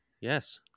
Yes